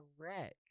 correct